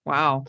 Wow